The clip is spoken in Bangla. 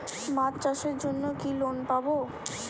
মাছ চাষের জন্য কি লোন পাব?